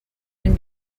and